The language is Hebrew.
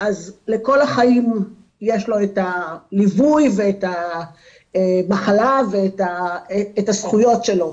אז לכל החיים יש לו את הליווי את המחלה ואת הזכויות שלו,